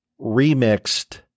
remixed